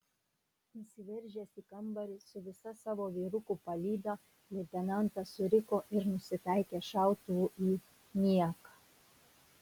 įsiveržęs į kambarį su visa savo vyrukų palyda leitenantas suriko ir nusitaikė šautuvu į nieką